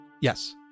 Yes